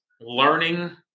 learning